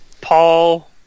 paul